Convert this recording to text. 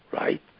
right